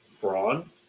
Braun